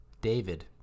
David